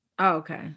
Okay